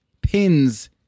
pins